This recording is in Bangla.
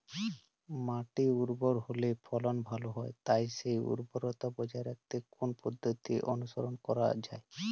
মাটি উর্বর হলে ফলন ভালো হয় তাই সেই উর্বরতা বজায় রাখতে কোন পদ্ধতি অনুসরণ করা যায়?